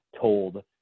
told